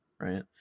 right